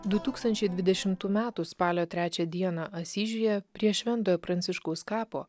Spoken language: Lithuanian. du tūkstančiai dvidešimtų metų spalio trečią dieną asyžiuje prie šventojo pranciškaus kapo